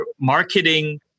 marketing